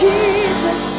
Jesus